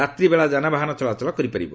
ରାତ୍ରି ବେଳା ଯାନବାହନ ଚଳାଚଳ କରିପାରିବ